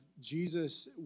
Jesus